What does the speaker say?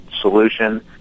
solution